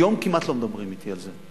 היום כמעט לא מדברים אתי על זה.